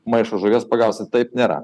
maišus žuvies pagausit taip nėra